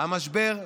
המשבר בעינו.